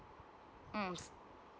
mm